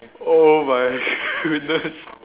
oh my goodness